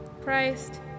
Christ